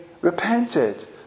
repented